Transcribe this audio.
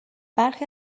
برخی